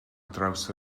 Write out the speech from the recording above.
draws